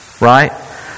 right